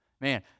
Man